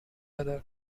other